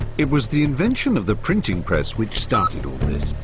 it was the invention of the printing press which started all this,